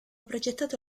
progettato